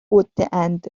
غدهاند